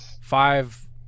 five